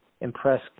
impress